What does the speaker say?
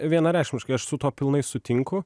vienareikšmiškai aš su tuo pilnai sutinku